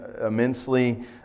immensely